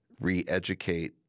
re-educate